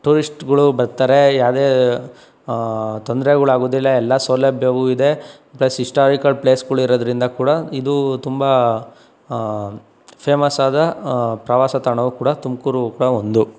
ಟೂರಿಷ್ಟ್ಗಳು ಬರ್ತರೆ ಯಾವುದೇ ತೊಂದರೆಗಳು ಆಗೋದಿಲ್ಲ ಎಲ್ಲಾ ಸೌಲಭ್ಯವೂ ಇದೆ ಹಿಸ್ಟಾರಿಕಲ್ ಪ್ಲೇಸ್ಗಳು ಇರುವುದರಿಂದ ಕೂಡ ಇದು ತುಂಬ ಫೇಮಸ್ಸಾದ ಪ್ರವಾಸ ತಾಣವೂ ಕೂಡ ತುಮಕೂರು ಕೂಡ ಒಂದು